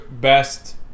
best